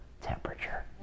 temperature